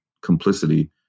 complicity